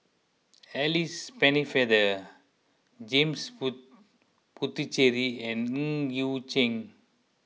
Alice Pennefather James Puthucheary and Ng Yi Sheng